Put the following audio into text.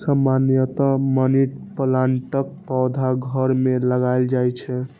सामान्यतया मनी प्लांटक पौधा घर मे लगाएल जाइ छै